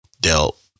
dealt